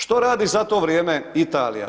Što radi za to vrijeme Italija.